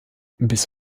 bis